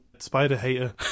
Spider-hater